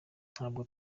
ntabwo